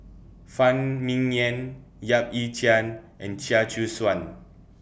Phan Ming Yen Yap Ee Chian and Chia Choo Suan